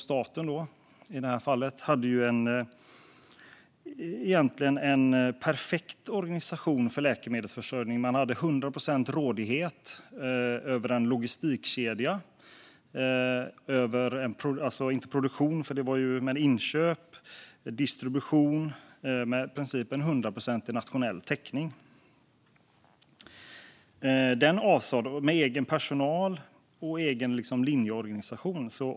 Staten hade en perfekt organisation för läkemedelsförsörjning med full rådighet över logistik, inköp och distribution, med hundraprocentig nationell täckning och med egen personal och egen linjeorganisation.